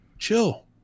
chill